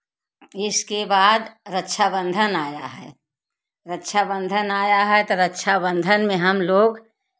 इसके बाद रक्षाबंधन आया है रक्षाबंधन आया है तो रक्षाबंधन में हम लोग